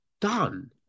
done